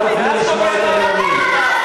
לא תוכלי לשמוע את הנואמים.